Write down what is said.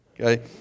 Okay